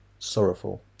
sorrowful